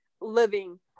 living